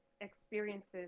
experiences